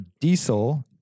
diesel